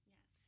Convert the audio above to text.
Yes